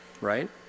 right